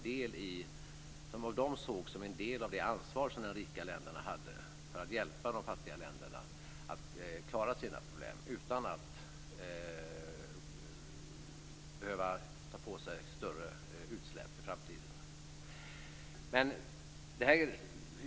De såg det som en del av det ansvar som de rika länderna har för att hjälpa de fattiga länderna att klara sina problem utan att behöva ta på sig större utsläpp i framtiden.